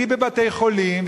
והיא בבתי-חולים,